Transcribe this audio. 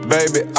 Baby